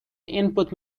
input